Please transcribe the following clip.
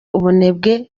ubunebwe